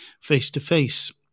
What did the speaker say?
face-to-face